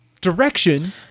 direction